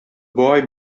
boy